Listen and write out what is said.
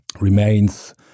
remains